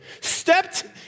stepped